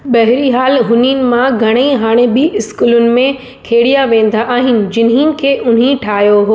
बहिरहाल हुननि मां घणई हाणे बि स्कूलनि में खेॾिया वेंदा आहिनि जिन्हनि खे उन्हनि ठाहियो हो